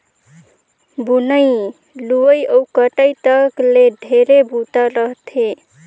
बुनई, लुवई अउ कटई तक ले ढेरे बूता रहथे